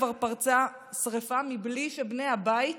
כבר פרצה שרפה בלי שבני הבית